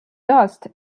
dust